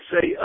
say